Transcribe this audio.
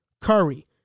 Curry